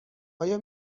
آیا